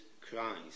Christ